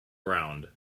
around